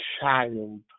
child